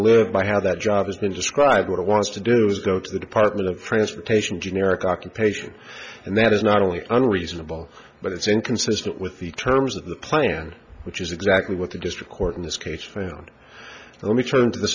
live by how that job has been described what it wants to do is go to the department of transportation generic occupation and that is not only unreasonable but it's inconsistent with the terms of the plan which is exactly what the district court in this case found let me turn to the